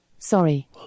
Sorry